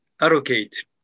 allocate